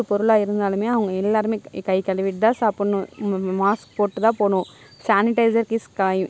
அப்புறோம் வந்து இப்போ அது ஒன்றும் பிரச்சனைல்ல இப்போ வந்து பார்த்திங்கன்னா சவால்களில் என்னான்னு வந்து பார்த்துக்கிட்டீங்கன்னா